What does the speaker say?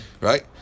right